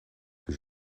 que